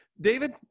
David